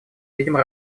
видимо